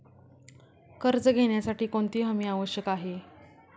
कर्ज घेण्यासाठी कोणती हमी आवश्यक आहे?